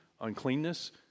uncleanness